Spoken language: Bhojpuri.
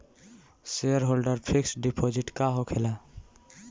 सेयरहोल्डर फिक्स डिपाँजिट का होखे ला?